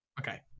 Okay